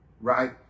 right